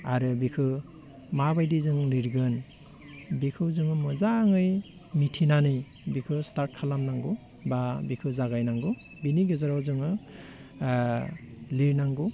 आरो बिखो माबायदि जों लिरगोन बिखौ जोङो मोजाङै मिथिनानै बेखौ स्टार्ट खालामनागौ बा बिखौ जागायनांगौ बिनि गेजेराव जोङो लिरनांगौ